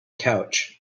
couch